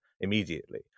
immediately